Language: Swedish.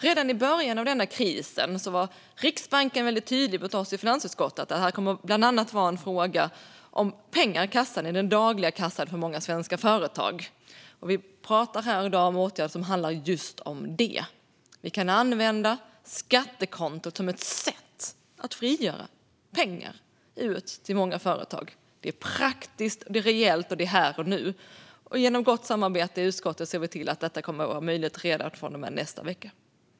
Redan i början av denna kris var Riksbanken väldigt tydlig mot oss i finansutskottet med att detta bland annat kommer att vara en fråga om pengar i den dagliga kassan hos många svenska företag, och vi pratar här i dag om åtgärder som handlar om just detta. Vi kan använda skattekontot som ett sätt att frigöra pengar till många företag. Det är praktiskt, det är reellt och det är här och nu. Genom ett gott samarbete i utskottet ser vi till att detta kommer att vara möjligt redan från och med nästa vecka.